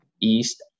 East